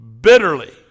bitterly